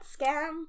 scam